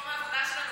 מקום העבודה שלנו